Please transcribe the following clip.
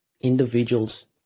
individuals